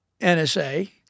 NSA